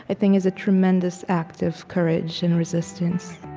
i think, is a tremendous act of courage and resistance